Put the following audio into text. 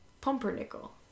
pumpernickel